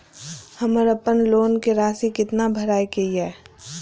हमर अपन लोन के राशि कितना भराई के ये?